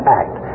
act